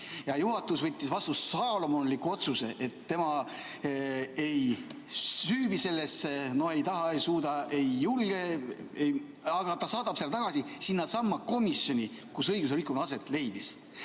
ja juhatus võttis vastu saalomonliku otsuse, et tema ei süüvi sellesse, no ei taha, ei suuda, ei julge, aga ta saadab selle tagasi sinnasamasse komisjoni, kus õiguserikkumine aset leidis.